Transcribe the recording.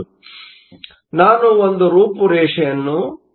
ಆದ್ದರಿಂದ ನಾನು ಒಂದು ರೂಪುರೇಷೆಯನ್ನು ಬಿಡಿಸೋಣ